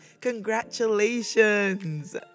Congratulations